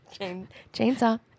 Chainsaw